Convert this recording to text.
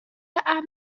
امن